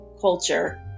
culture